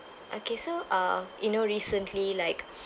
okay so uh you know recently like